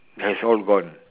has all gone